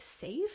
safe